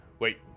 Wait